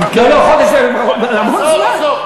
לא לא, המון זמן.